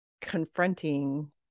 confronting